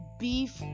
beef